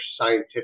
scientific